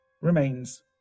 remains